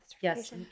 Yes